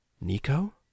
Nico